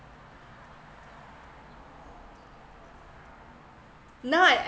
now I